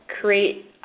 create